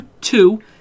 two